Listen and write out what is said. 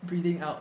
breathing out